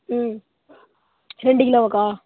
ம் ரெண்டு கிலோவாக்கா